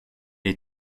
est